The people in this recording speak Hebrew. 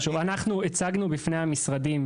אנחנו הצגנו בפני המשרדים,